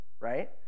right